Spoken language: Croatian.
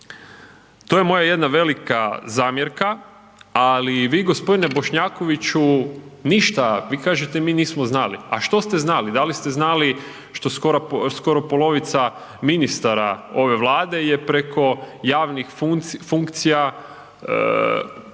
To je moja jedna velika zamjerka. Ali vi gospodine Bošnjakoviću ništa, vi kažete mi nismo znali. A što ste znali? Da li ste znali što skoro polovica ministara ove Vlade je preko javnih funkcija ilegalno